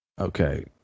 Okay